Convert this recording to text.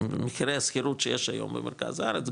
שמחירי השכירות שיש היום במרכז הארץ,